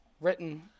Written